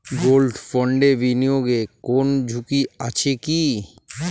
Gold বন্ডে বিনিয়োগে কোন ঝুঁকি আছে কি?